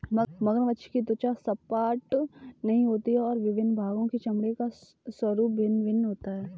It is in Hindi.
मगरमच्छ की त्वचा सपाट नहीं होती और विभिन्न भागों के चमड़े का स्वरूप भिन्न भिन्न होता है